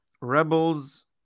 Rebels